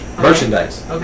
merchandise